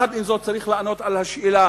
עם זאת, צריך לענות על השאלה,